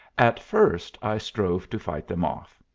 at first i strove to fight them off,